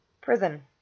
Prison